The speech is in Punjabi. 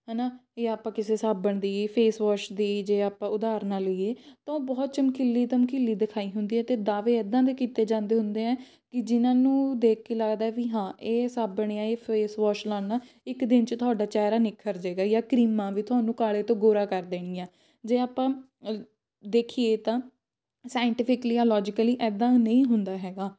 ਹੈ ਨਾ ਇਹ ਆਪਾਂ ਕਿਸੇ ਸਾਬਣ ਦੀ ਫੇਸਵਾਸ਼ ਦੀ ਜੇ ਆਪਾਂ ਉਦਾਹਰਨਾਂ ਲਈਏ ਤਾਂ ਉਹ ਬਹੁਤ ਚਮਕੀਲੀ ਧਮਕੀਲੀ ਦਿਖਾਈ ਹੁੰਦੀ ਹੈ ਅਤੇ ਦਾਅਵੇ ਇੱਦਾਂ ਦੇ ਕੀਤੇ ਜਾਂਦੇ ਹੁੰਦੇ ਹੈ ਕਿ ਜਿਨ੍ਹਾਂ ਨੂੰ ਦੇਖ ਕੇ ਲੱਗਦਾ ਵੀ ਹਾਂ ਇਹ ਸਾਬਣ ਆ ਇਹ ਫੇਸਵਾਸ਼ ਲਾਉਣ ਨਾਲ ਇੱਕ ਦਿਨ 'ਚ ਤੁਹਾਡਾ ਚਿਹਰਾ ਨਿੱਖਰ ਜਾਵੇਗਾ ਜਾਂ ਕਰੀਮਾਂ ਵੀ ਤੁਹਾਨੂੰ ਕਾਲੇ ਤੋਂ ਗੋਰਾ ਕਰ ਦੇਣਗੀਆਂ ਜੇ ਆਪਾਂ ਅ ਦੇਖੀਏ ਤਾਂ ਸਾਇੰਟੀਫਿਕਲੀ ਜਾਂ ਲੋਜੀਕਲੀ ਇੱਦਾਂ ਨਹੀਂ ਹੁੰਦਾ ਹੈਗਾ